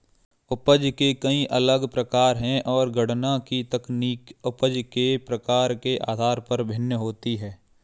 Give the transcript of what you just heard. उपज के कई अलग प्रकार है, और गणना की तकनीक उपज के प्रकार के आधार पर भिन्न होती है